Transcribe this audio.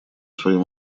своем